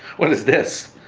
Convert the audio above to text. what is this?